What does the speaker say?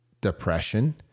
depression